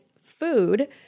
food